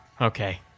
Okay